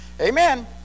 Amen